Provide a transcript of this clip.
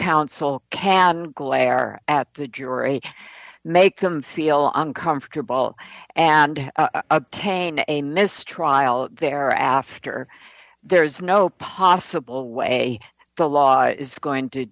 counsel cad glare at the jury make them feel uncomfortable and to obtain a mistrial there after there is no possible way the law is going to